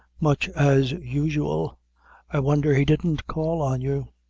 much as usual i wonder he didn't call on you.